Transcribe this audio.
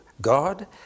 God